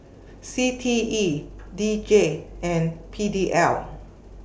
C T E D J and P D L